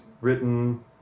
written